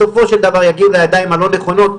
בסופו של דבר יגיעו לידיים הלא נכונות,